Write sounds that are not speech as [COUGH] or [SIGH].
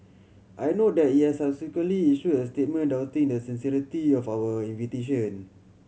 I note that it [UNINTELLIGIBLE] issued a statement doubting the sincerity of our invitation